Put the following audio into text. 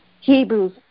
Hebrews